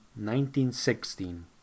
1916